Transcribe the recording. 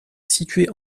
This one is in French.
située